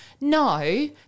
no